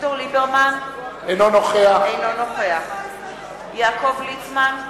אביגדור ליברמן, אינו נוכח יעקב ליצמן,